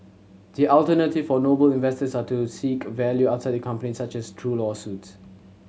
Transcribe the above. the alternative for Noble investors are to seek value outside the company such as through lawsuits